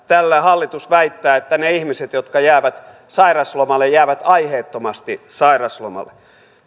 tällä hallitus väittää että ne ihmiset jotka jäävät sairauslomalle jäävät aiheettomasti sairauslomalle